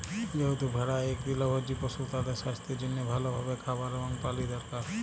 যেহেতু ভেড়া ইক তৃলভজী পশু, তাদের সাস্থের জনহে ভাল ভাবে খাবার এবং পালি দরকার